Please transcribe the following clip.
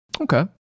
okay